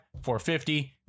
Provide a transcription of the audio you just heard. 450